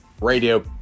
Radio